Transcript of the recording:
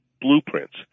blueprints